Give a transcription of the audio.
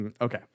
Okay